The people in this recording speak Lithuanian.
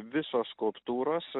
visos skulptūros